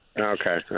Okay